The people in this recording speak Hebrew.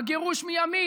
בגירוש מימית,